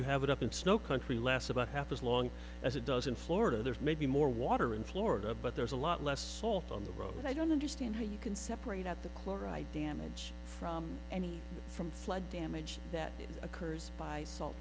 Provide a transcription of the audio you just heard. you have it up in snow country last about half as long as it does in florida there may be more water in florida but there's a lot less salt on the road i don't understand how you can separate out the chloride damage from any from flood damage that occurs by salt